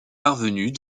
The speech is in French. parvenus